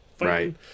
Right